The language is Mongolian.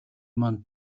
маань